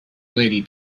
lady